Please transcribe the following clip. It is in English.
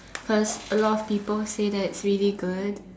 cause a lot of people say that it's really good